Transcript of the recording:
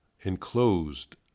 enclosed